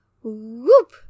Whoop